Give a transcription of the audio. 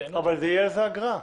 אבל תהיה על זה אגרה.